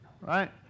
Right